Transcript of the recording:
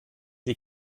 die